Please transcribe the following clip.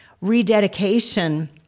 rededication